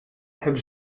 hebben